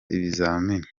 ibizami